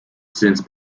since